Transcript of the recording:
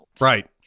Right